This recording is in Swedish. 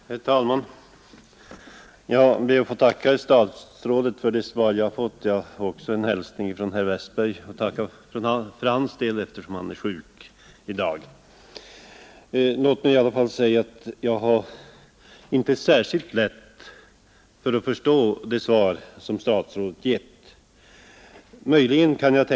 Herr talman! Jag ber att få tacka statsrådet för det svar jag har fått. Jag vill också framföra en hälsning från herr Westberg i Ljusdal, som är sjuk i dag. Låt mig säga att jag inte har särskilt lätt att förstå det svar som statsrådet gett.